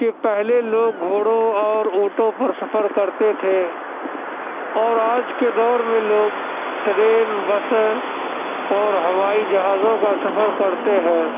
کہ پہلے لوگ گھوڑوں اور اونٹوں پر سفر کرتے تھے اور آج کے دور میں لوگ ٹرین بسیں اور ہوائی جہازوں کا سفر کرتے ہیں